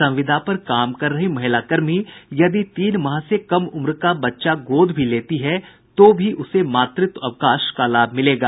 संविदा पर काम कर रही महिलाकर्मी यदि तीन माह से कम उम्र का बच्चा गोद भी लेती है तो भी उसे मातृत्व अवकाश का लाभ मिलेगा